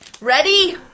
ready